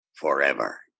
forever